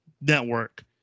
network